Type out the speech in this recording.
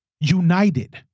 united